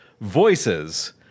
voices